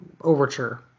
overture